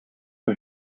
the